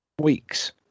weeks